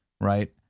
right